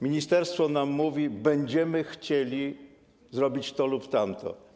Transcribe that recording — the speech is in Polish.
Ministerstwo nam mówi: będziemy chcieli zrobić to lub tamto.